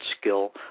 skill